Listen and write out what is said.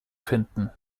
finden